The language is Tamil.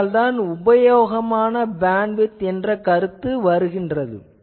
ஆதலால்தான் உபயோகமான பேண்ட்விட்த் என்ற கருத்து வருகிறது